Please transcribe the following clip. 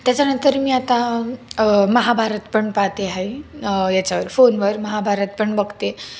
त्याच्यानंतर मी आता महाभारत पण पाहते आहे याच्यावर फोनवर महाभारत पण बघते